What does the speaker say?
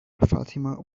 fatima